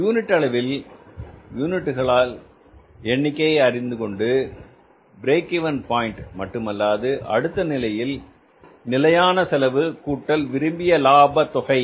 unit அளவில் யூனிட்டுகளில் எண்ணிக்கை அறிந்துகொண்டு பிரேக் இவென் பாயின்ட் மட்டுமல்லாது அடுத்த நிலையில் நிலையான செலவு கூட்டல் விரும்பிய லாபத் தொகை